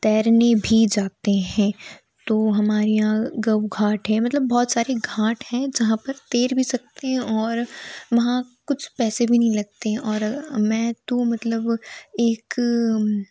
तैरने भी जाते हैं तो हमारे यहाँ गऊघाट है मतलब बहुत सारी घाट है जहाँ पर तैर भी सकते हैं और वहाँ कुछ पैसे भी नहीं लगते और मैं तो मतलब एक